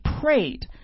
prayed